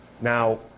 now